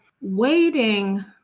waiting